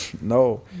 No